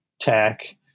tech